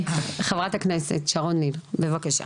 חברת הכנסת שרון ניר, בבקשה.